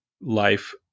life